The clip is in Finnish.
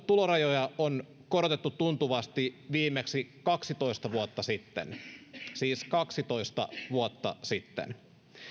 tulorajoja on korotettu tuntuvasti viimeksi kaksitoista vuotta sitten siis kaksitoista vuotta sitten